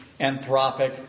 anthropic